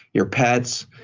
your pets,